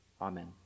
Amen